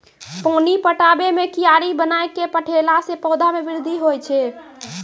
पानी पटाबै मे कियारी बनाय कै पठैला से पौधा मे बृद्धि होय छै?